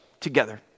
together